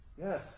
Yes